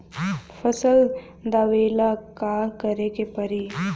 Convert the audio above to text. फसल दावेला का करे के परी?